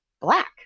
black